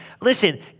Listen